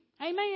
Amen